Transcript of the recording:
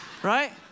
Right